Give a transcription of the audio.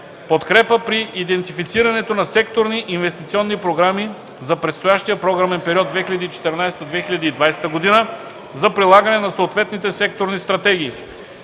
Подкрепа при идентифицирането на секторни инвестиционни програми за предстоящия Програмен период 2014-2020 г. за прилагане на съответните секторни стратегии.